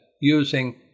using